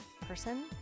person